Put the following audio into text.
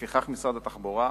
לפיכך משרד התחבורה,